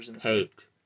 hate